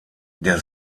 der